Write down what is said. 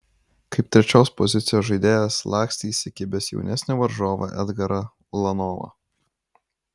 kaip trečios pozicijos žaidėjas lakstė įsikibęs jaunesnį varžovą edgarą ulanovą